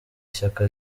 ishyaka